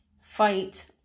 fight